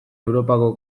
europako